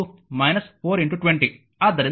5 4 20